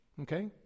Okay